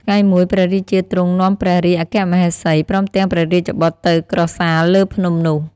ថ្ងៃមួយ ព្រះរាជាទ្រង់នាំព្រះរាជអគ្គមហេសី ព្រមទាំងព្រះរាជបុត្រទៅក្រសាលលើភ្នំនោះ។